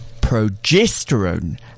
Progesterone